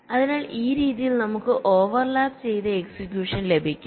അതിനാൽ ഈ രീതിയിൽ നമുക്ക് ഓവർലാപ്പ് ചെയ്ത എക്സിക്യൂഷൻ ലഭിക്കും